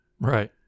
Right